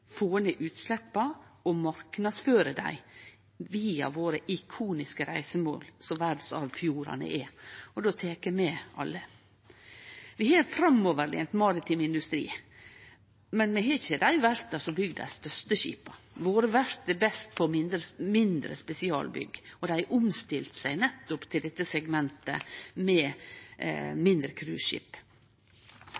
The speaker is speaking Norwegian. få ned utsleppa og for å marknadsføre våre ikoniske reisemål, som verdsarvfjordane er, og då tek eg med alle. Vi har ein framoverlent maritim industri, men vi har ikkje dei verfta som byggjer dei største skipa. Våre verft er best på mindre spesialbygg, og dei har omstilt seg nettopp til dette segmentet med